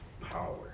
power